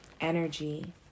energy